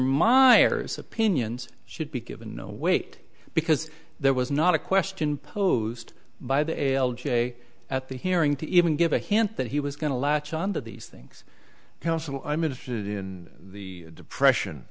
my opinions should be given no weight because there was not a question posed by the l g a at the hearing to even give a hint that he was going to latch on to these things counsel i'm interested in the depression